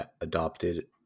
adopted